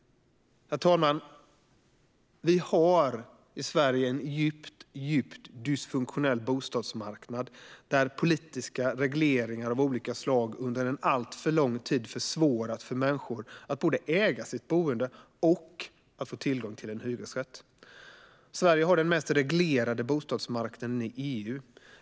Herr talman! Vi har i Sverige en djupt dysfunktionell bostadsmarknad, där politiska regleringar av olika slag under alltför lång tid försvårat för människor att både äga sitt boende och få tillgång till en hyresrätt. Sverige har den mest reglerade bostadsmarknaden i EU.